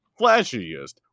flashiest